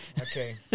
Okay